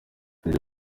ibyo